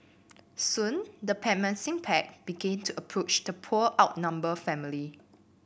soon the pack began to approach the poor outnumbered family